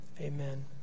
amen